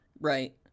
Right